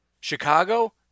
Chicago